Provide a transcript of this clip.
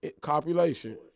Copulation